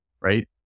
right